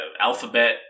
Alphabet